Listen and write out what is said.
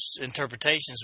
interpretations